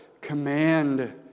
command